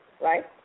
right